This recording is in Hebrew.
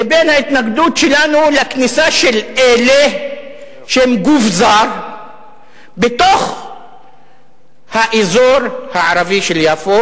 לבין ההתנגדות שלנו לכניסה של אלה שהם גוף זר בתוך האזור הערבי של יפו,